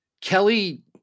Kelly